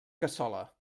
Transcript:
cassola